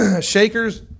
Shakers